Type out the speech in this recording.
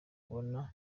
kubona